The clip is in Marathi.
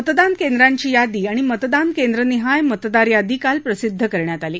मतदान केंद्रांची यादी आणि मतदान केंद्रनिहाय मतदार यादी काल प्रसिध्द करण्यात आली